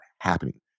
happening